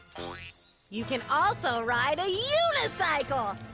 you can also ride a unicycle!